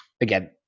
again